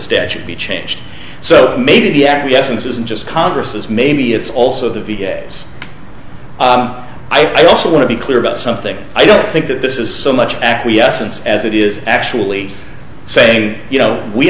statute be changed so maybe the acquiescence isn't just congress's maybe it's also the v a s i also want to be clear about something i don't think that this is so much acquiescence as it is actually saying you know we